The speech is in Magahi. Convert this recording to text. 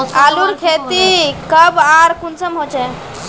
आलूर खेती कब आर कुंसम होचे?